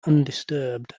undisturbed